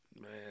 Man